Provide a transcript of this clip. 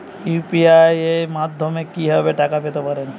UPI মাধ্যমে কি ভাবে টাকা পেতে পারেন?